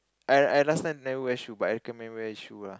I I last time never wear shoe but I recommend wear shoe lah